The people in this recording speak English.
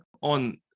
On